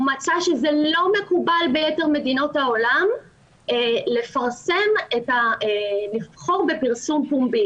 הוא מצא שזה לא מקובל ביתר מדינות העולם לבחור בפרסום פומבי.